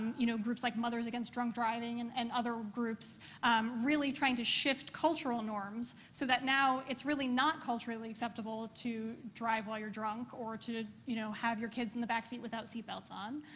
you know, groups like mothers against drunk driving and and other groups really trying to shift cultural norms so that now it's really not culturally acceptable to drive while you're drunk or to you know have your kids in the back seat without seatbelts on.